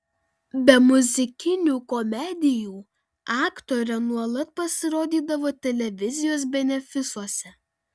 be muzikinių komedijų aktorė nuolat pasirodydavo televizijos benefisuose